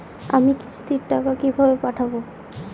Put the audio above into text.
আমি কিস্তির টাকা কিভাবে পাঠাব?